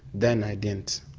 then i didn't.